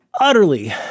utterly